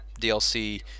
DLC